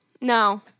No